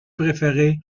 préféré